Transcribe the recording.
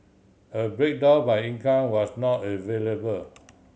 a breakdown by income was not available